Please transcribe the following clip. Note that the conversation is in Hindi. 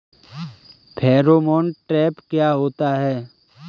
फेरोमोन ट्रैप क्या होता है?